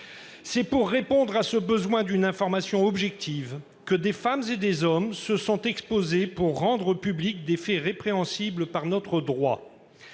C'est pour répondre à ce besoin d'une information objective que des femmes et des hommes se sont exposés pour rendre publics des faits répréhensibles par notre droit.